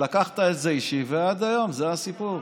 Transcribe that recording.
לקחת את זה אישית ועד היום זה הסיפור.